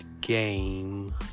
game